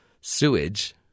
sewage